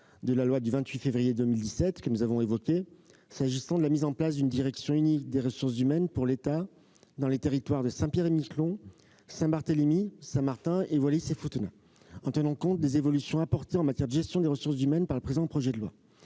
de la loi du 28 février 2017 s'agissant de la mise en place d'une direction unique des ressources humaines pour l'État dans les territoires de Saint-Pierre-et-Miquelon, Saint-Barthélemy, Saint-Martin et Wallis-et-Futuna, en tenant compte des évolutions apportées en matière de gestion des ressources humaines par le présent projet de loi.